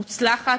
מוצלחת,